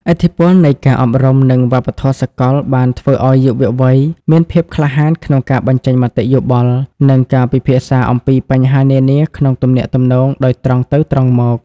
ឥទ្ធិពលនៃការអប់រំ និងវប្បធម៌សកលបានធ្វើឱ្យយុវវ័យមានភាពក្លាហានក្នុងការបញ្ចេញមតិយោបល់ និងការពិភាក្សាអំពីបញ្ហានានាក្នុងទំនាក់ទំនងដោយត្រង់ទៅត្រង់មក។